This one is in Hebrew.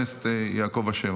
ותועבר להמשך דיון בוועדת החוקה,